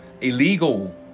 illegal